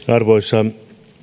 arvoisa